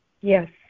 Yes